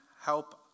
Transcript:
help